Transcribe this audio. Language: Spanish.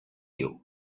you